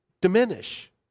diminish